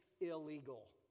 illegal